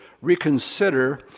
reconsider